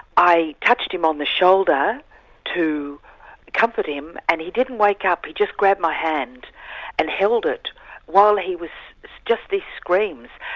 i touched him on the shoulder to comfort him and he didn't wake up, he just grabbed my hand and held it while he was just these screams.